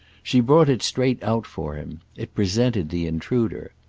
she brought it straight out for him it presented the intruder.